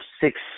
six –